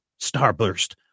starburst